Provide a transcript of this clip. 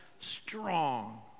strong